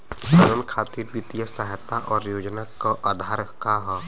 किसानन खातिर वित्तीय सहायता और योजना क आधार का ह?